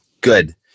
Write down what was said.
good